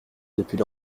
depuis